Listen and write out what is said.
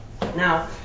Now